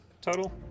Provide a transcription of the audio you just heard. total